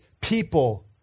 people